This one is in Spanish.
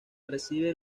recibe